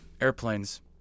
airplanes